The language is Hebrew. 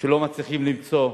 ולא מצליחים למצוא,